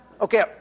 Okay